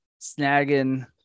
snagging